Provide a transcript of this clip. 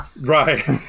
Right